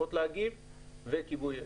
שצריכות להגיב וכיבוי אש.